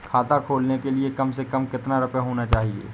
खाता खोलने के लिए कम से कम कितना रूपए होने चाहिए?